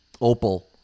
Opal